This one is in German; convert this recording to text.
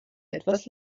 etwas